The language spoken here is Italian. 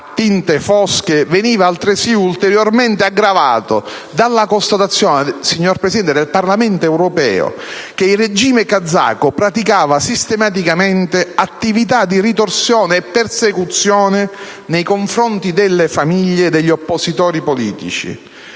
tinte fosche, veniva altresì ulteriormente aggravato dalla constatazione del Parlamento europeo che il regime kazako praticava sistematicamente attività di ritorsione e persecuzione nei confronti delle famiglie degli oppositori politici.